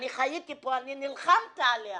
אני חייתי פה, אני נלחמתי עליה